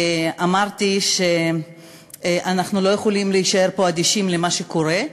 אמרתי שאנחנו לא יכולים להישאר פה אדישים למה שקורה,